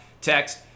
text